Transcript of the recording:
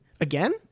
again